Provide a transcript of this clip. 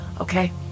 okay